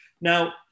Now